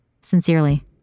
Sincerely